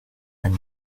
and